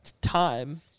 time